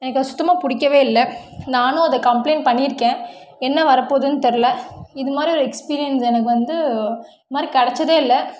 எனக்கு அது சுத்தமாக பிடிக்கவே இல்லை நானும் அதை கம்ப்ளெய்ண்ட் பண்ணியிருக்கேன் என்ன வர போகுதுன்னு தெரில இது மாதிரி ஒரு எக்ஸ்பீரியன்ஸ் எனக்கு வந்து இது மாதிரி கிடைச்சதே இல்லை